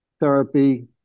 therapy